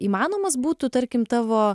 įmanomas būtų tarkim tavo